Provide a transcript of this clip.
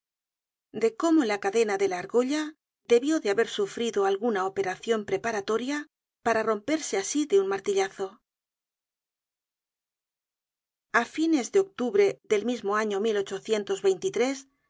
de cómo la cadena de la argolla debió de haber sufrido alguna operacion preparatoria para romperse asi de un martillazo a fines de octubre del mismo año